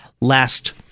last